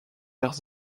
vers